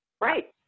Right